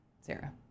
Sarah